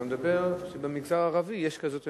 אתה מדבר על זה שבמגזר הערבי יש כזאת אמונה.